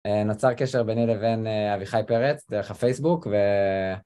נוצר קשר ביני לבין אביחי פרץ דרך הפייסבוק ו...